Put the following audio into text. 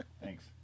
thanks